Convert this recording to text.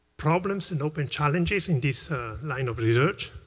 problems and open challenges in this ah line of research.